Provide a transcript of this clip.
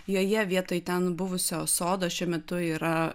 joje vietoj ten buvusio sodo šiuo metu yra